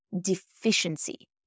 deficiency